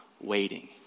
waiting